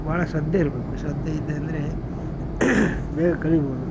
ಭಾಳ ಶ್ರದ್ಧೆ ಇರಬೇಕು ಶ್ರದ್ಧೆ ಇದೆ ಅಂದರೆ ಬೇಗ ಕಲೀಬೋದು